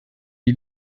die